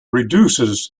reduces